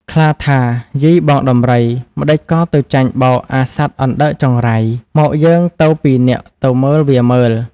ខ្លាថា៖ "យីបងដំរី ម្ដេចក៏ទៅចាញ់បោកអាសត្វអណ្ដើកចង្រៃ? មកយើងទៅពីរនាក់ទៅមើលវាមើល៍"។